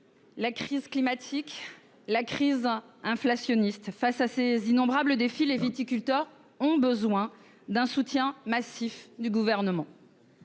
la crise climatique, la crise inflationniste : face à ces innombrables défis, les viticulteurs ont besoin d'un soutien massif du Gouvernement.